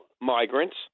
migrants